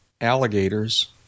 Alligators